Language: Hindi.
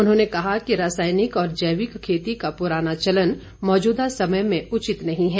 उन्होंने कहा रासायनिक और जैविक खेती का पुराना चलन मौजूदा समय में उचित नहीं है